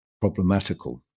problematical